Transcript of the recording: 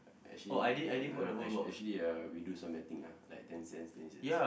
actually and no actually actually uh we do some other thing uh like ten cents twenty cents